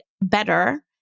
better